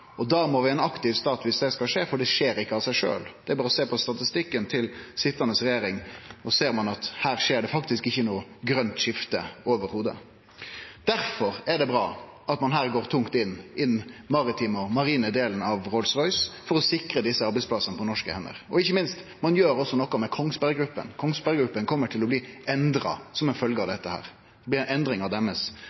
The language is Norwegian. må ha ein aktiv stat for at det skal skje, for det skjer ikkje av seg sjølv. Det er berre å sjå på statistikken til sitjande regjering. Da ser ein at her skjer det faktisk ikkje noko grønt skifte i det heile. Derfor er det bra at ein har gått tungt inn i den maritime og marine delen av Rolls-Royce, for å sikre desse arbeidsplassane på norske hender. Ikkje minst gjer ein noko med Kongsberg Gruppen. Kongsberg Gruppen kjem til å få rolla si endra som følgje av dette.